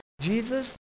Jesus